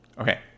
Okay